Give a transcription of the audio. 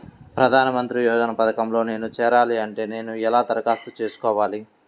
ప్రధాన మంత్రి యోజన పథకంలో నేను చేరాలి అంటే నేను ఎలా దరఖాస్తు చేసుకోవాలి?